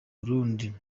burundi